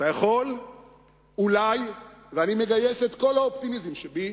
אתה יכול אולי, ואני מגייס את כל האופטימיזם שבי,